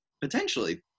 potentially